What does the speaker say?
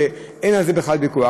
ואין על זה בכלל ויכוח.